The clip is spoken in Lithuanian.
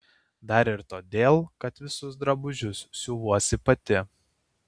dar ir todėl kad visus drabužius siuvuosi pati